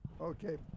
Okay